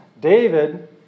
David